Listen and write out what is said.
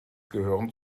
gehören